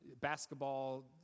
basketball